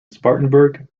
spartanburg